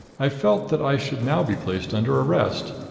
i felt that i should now be placed under arrest.